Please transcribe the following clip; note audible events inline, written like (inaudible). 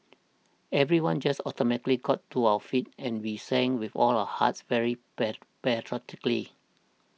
everyone just automatically got to our feet and we sang with all of our hearts very (unintelligible) patriotically